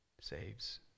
saves